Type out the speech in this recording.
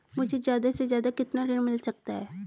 मुझे ज्यादा से ज्यादा कितना ऋण मिल सकता है?